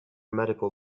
medical